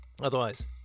Otherwise